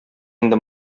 инде